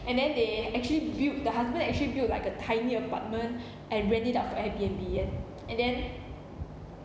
and then they actually build the husband actually built like a tiny apartment and rent it out for airbnb and and then